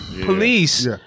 police